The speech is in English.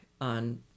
on